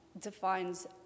defines